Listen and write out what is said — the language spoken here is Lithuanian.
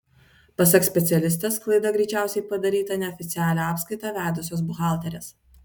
pasak specialistės klaida greičiausiai padaryta neoficialią apskaitą vedusios buhalterės